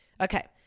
Okay